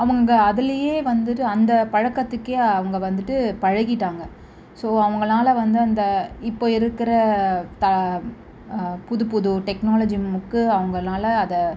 அவங்க அதிலேயே வந்துட்டு அந்த பழக்கத்துக்கே அவங்க வந்துட்டு பழகிட்டாங்கள் ஸோ அவங்கனால வந்து அந்த இப்போது இருக்கிற தான் புதுப் புது டெக்னாலஜிக்கு அவங்கனால அதை